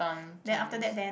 then after that then